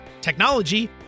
technology